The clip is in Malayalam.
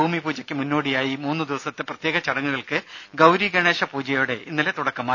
ഭൂമി പൂജയ്ക്ക് മുന്നോടിയായി മൂന്നു ദിവസത്തെ പ്രത്യേക ചടങ്ങുകൾക്ക് ഗൌരി ഗണേഷ പൂജയോടെ ഇന്നലെ തുടക്കമായി